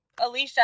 Alicia